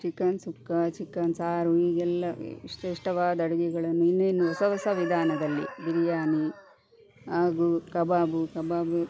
chicken sukka chicken ಸಾರು ಹೀಗೆಲ್ಲ ಇಷ್ಟ ಇಷ್ಟವಾದ ಅಡುಗೆಗಳನ್ನು ಇನ್ನಿನ್ನು ಹೊಸ ಹೊಸ ವಿಧಾನದಲ್ಲಿ ಬಿರಿಯಾನಿ ಹಾಗೂ ಕಬಾಬ್ ಕಬಾಬ್